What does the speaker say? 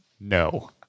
no